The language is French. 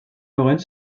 lorentz